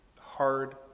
hard